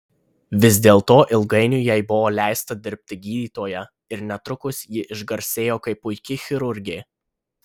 vis dėlto ilgainiui jai buvo leista dirbti gydytoja ir netrukus ji išgarsėjo kaip puiki chirurgė